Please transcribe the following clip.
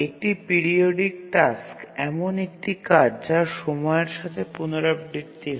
একটি periodic task এমন একটি কাজ যা সময়ের সাথে পুনরাবৃত্তি হয়